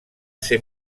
ser